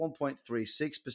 1.36%